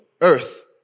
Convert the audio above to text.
earth